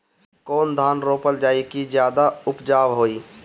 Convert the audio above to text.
कौन धान रोपल जाई कि ज्यादा उपजाव होई?